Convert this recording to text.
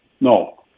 no